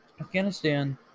Afghanistan